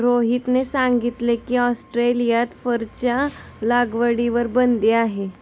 रोहितने सांगितले की, ऑस्ट्रेलियात फरच्या लागवडीवर बंदी आहे